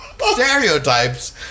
stereotypes